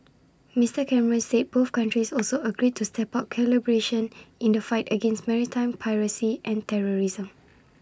Mister Cameron said both countries also agreed to step up collaboration in the fight against maritime piracy and terrorism